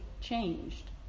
changed